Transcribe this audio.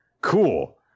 Cool